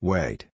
Wait